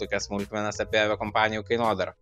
tokias smulkmenas apie aviakompanijų kainodarą